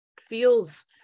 feels